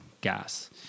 gas